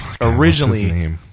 originally